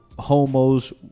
homos